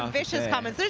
um vicious comment.